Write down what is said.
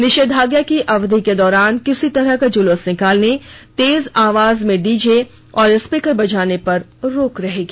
निषेधाज्ञा की अवधि के दौरान किसी तरह का जुलूस निकालने तेज आवाज में डी जे और स्पीकर बजाने पर रोक रहेगी